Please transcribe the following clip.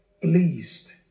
pleased